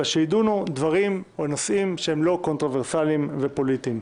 אלא שיידונו דברים שהם לא קונטרברסליים ופוליטיים.